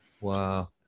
Wow